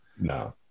No